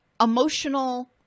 Emotional